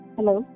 Hello